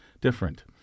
different